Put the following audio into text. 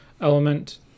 element